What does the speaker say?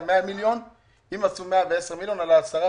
אם היו 100 מיליון והם הגיעו ל110 מיליון,